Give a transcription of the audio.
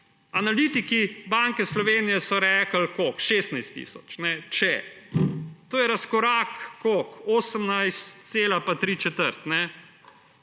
Analitiki Banke Slovenije so rekli – koliko? 16 tisoč, mogoče. To je razkorak – koliko? Za 18